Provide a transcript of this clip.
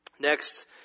Next